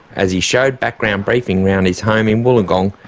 as he showed background briefing around his home in wollongong,